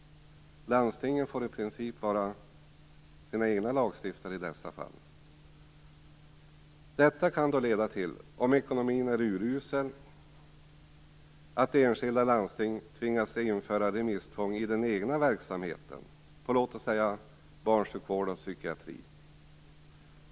Landstingen får i dessa fall i princip vara sina egna lagstiftare. Detta kan, om ekonomin är urusel, leda till att enskilda landsting tvingas införa remisstvång i den egna verksamheten, låt oss säga inom barnsjukvård och psykiatri.